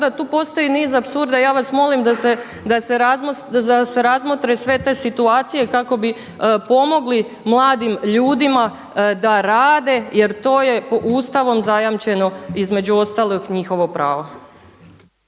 tu postoji niz apsurda, ja vas molim da se razmotre sve te situacije kako bi pomogli mladim ljudima da rade jer to je Ustavom zajamčeno između ostalog njihovo pravo.